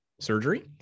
surgery